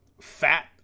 fat